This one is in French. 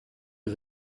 est